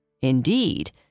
Indeed